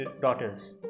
daughters